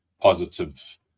positive